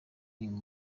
inyuma